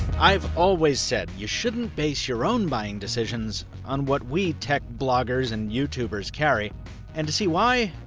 i've always said, you shouldn't base your own buying decisions on what we tech bloggers and youtubers carry and to see why,